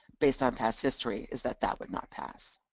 based on past history, is that that would not pass.